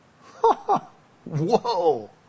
Whoa